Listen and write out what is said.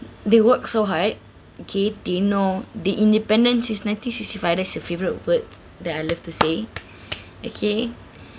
they worked so hard okay did you know the independent is nineteen sixty five that's the favorite word that I love to say okay